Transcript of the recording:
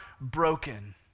broken